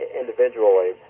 individually